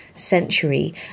century